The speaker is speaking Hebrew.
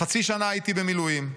חצי שנה הייתי במילואים,